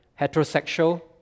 heterosexual